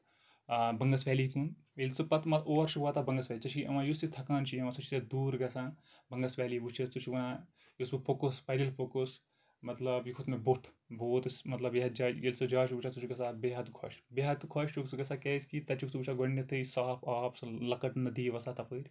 Bangus valley کُن ییٚلہِ سُہ پتہٕ اور چھُ واتان بنگس ویلی ژےٚ چھُی یِوان یُس تہِ تھکان چھُ یِوان سُہ چھُ تَتہِ دوٗر گژھان بَنگس ویلی وٕچھِتھ سُہ چھُ وَنان یُس بہُ پوٚکُس پایدٔلۍ پوٚکُس مطلب یہِ کھوٚت مےٚ بوٚٹھ بہٕ ووتُس مطلب یَتھ جایہِ ییٚلہِ سُہ یہِ جاے چھُ وٕچھان سُہ چھُ گژھان بے حد خۄش بے حد خۄش چھُکھ ژےٚ گژھان کیازِ کہِ تَتہِ چھُکھ ژٕ وٕچھان گۄڈٕنیتھٕے سُہ صاف آب سُہ لۄکٕٹ نٔدی وَسان تَپٲرۍ